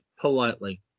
politely